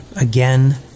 again